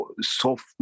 soft